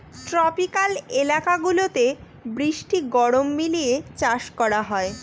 tropical এলাকা গুলাতে বৃষ্টি গরম মিলিয়ে চাষ করা হয়